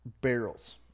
barrels